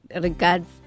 regards